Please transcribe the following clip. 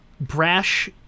brash